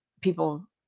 people